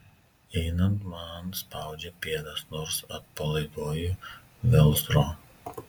einant man spaudžia pėdas nors atpalaiduoju velcro